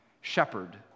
shepherd